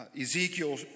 Ezekiel